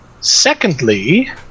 Secondly